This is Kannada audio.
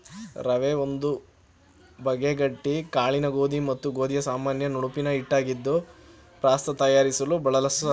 ರವೆ ಒಂದು ಬಗೆ ಗಟ್ಟಿ ಕಾಳಿನ ಗೋಧಿ ಮತ್ತು ಗೋಧಿಯ ಸಾಮಾನ್ಯ ನುಣುಪಿನ ಹಿಟ್ಟಾಗಿದ್ದು ಪಾಸ್ತ ತಯಾರಿಸಲು ಬಳಲಾಗ್ತದೆ